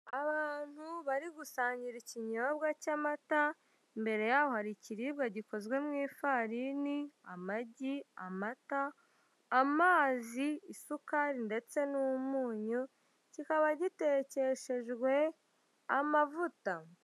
Abantu bari gusangira ikinyobwa cy'amata, imbere yaho hari ikiribwa gikozwe mu ifarini, amagi, amata, amazi, isukari ndetse n'umunyu kikaba gitekeshejwe amavuta.